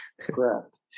correct